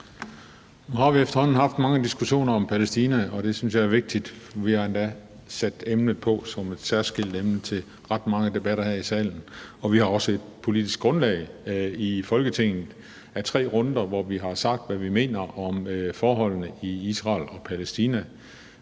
Nu har vi efterhånden haft mange diskussioner om Palæstina, og det synes jeg jo er vigtigt, og vi har endda også sat emnet på som et særskilt emne i ret mange debatter her i salen, og vi har også et politisk grundlag i Folketinget af tre runder, hvor vi har sagt, hvad vi mener om forholdene i Israel og Palæstina,